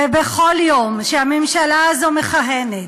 ובכל יום שהממשלה הזו מכהנת,